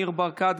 ניר ברקת,